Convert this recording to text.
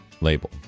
label